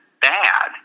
bad